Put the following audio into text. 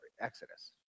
Exodus